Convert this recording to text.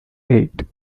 eight